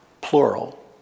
plural